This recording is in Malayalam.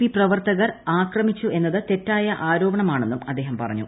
പി പ്രവർത്തകർ ആക്രമിച്ചു എന്നത് തെറ്റായ ആരോപണമാണെന്നും അദ്ദേഹം പറഞ്ഞു